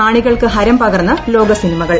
കാണികൾക്ക് ഹരംപകർന്ന് ലോക സിനിമകൾ